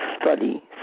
study